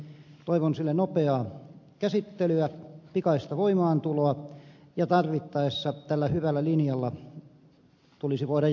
toivon sille nopeaa käsittelyä pikaista voimaantuloa ja tarvittaessa tällä hyvällä linjalla tulisi voida jatkaa